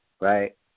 right